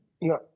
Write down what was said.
No